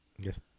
yes